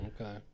okay